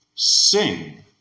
Sing